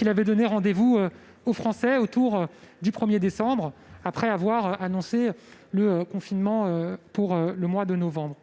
il avait donné rendez-vous aux Français autour du 1décembre, après avoir annoncé un confinement pour le mois de novembre.